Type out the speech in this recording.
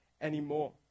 anymore